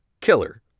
killer